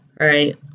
Right